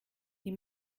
die